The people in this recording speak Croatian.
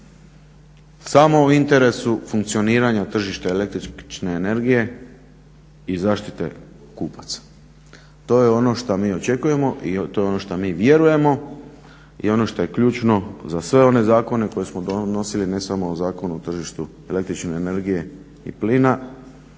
samo u interesu funkcioniranja tržišta električne energije i zaštite kupaca. To je ono što mi očekujemo, i to je ono što mi vjerujemo i ono što je ključno za sve one zakone koje smo donosili, ne samo Zakon o tržištu električne energije i plina,